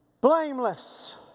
blameless